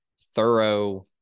thorough